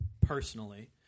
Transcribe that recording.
Personally